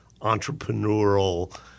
entrepreneurial